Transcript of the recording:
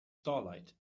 starlight